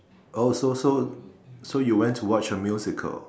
oh so so so you went to watch a musical